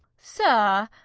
sir,